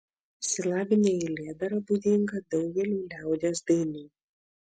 silabinė eilėdara būdinga daugeliui liaudies dainų